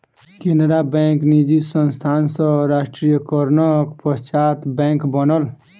Canara bank निजी संस्थान सॅ राष्ट्रीयकरणक पश्चात बैंक बनल